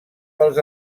pels